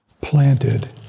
planted